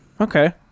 Okay